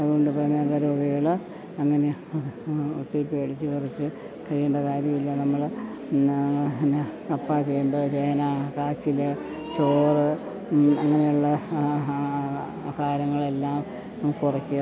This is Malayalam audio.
അതുകൊണ്ട് പ്രമേഹ രോഗികൾ അങ്ങനെ ഒത്തിരി പേടിച്ചു വിറച്ചു കഴിയേണ്ട കാര്യമില്ല നമ്മൾ പിന്നെ കപ്പ ചേമ്പ് ചേന കാച്ചിൽ ചോറ് അങ്ങനെയുള്ള കാര്യങ്ങളെല്ലാം കുറയ്ക്കുക